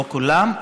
כולם,